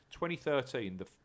2013